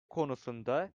konusunda